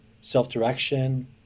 self-direction